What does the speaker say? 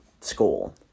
school